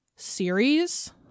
series